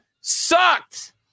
sucked